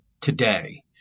today